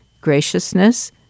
graciousness